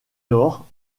lors